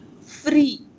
free